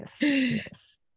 Yes